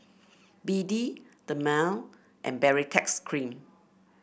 B D Dermale and Baritex Cream